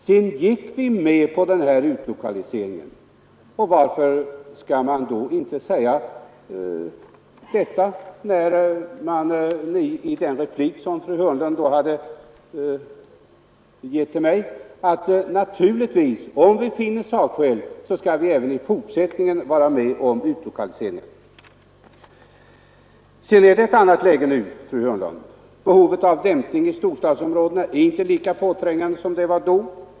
Sedan gick vi med på utlokaliseringen, och varför skall man då inte säga det som fru Hörnlund nu åberopar, nämligen att om vi finner sakliga skäl för det, så kan vi även i fortsättningen vara med om utlokalisering. Men det är ett annat läge nu, fru Hörnlund. Behovet av dämpning i storstadsområdena är inte lika påträngande som då.